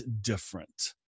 different